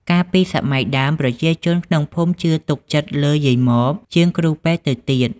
កាលពីសម័យដើម ប្រជាជនក្នុងភូមិជឿទុកចិត្តលើយាយម៉បជាងគ្រូពេទ្យទៅទៀត។